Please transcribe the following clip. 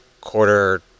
quarter